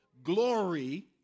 Glory